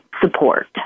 support